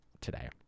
today